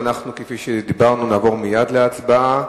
כפי שדיברנו, נעבור מייד להצבעה,